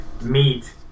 meet